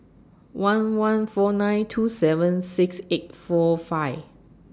one one four nine two seven six eight four five